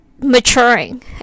maturing